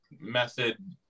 method